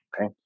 okay